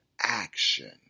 action